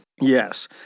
Yes